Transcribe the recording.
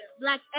Black